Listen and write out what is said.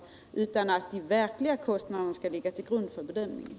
Meningen är bara att de verkliga kostnaderna skall ligga till grund för bedöminingen.